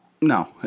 No